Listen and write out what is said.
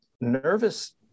nervous